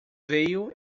veio